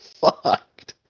fucked